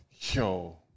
Yo